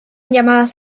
llamadas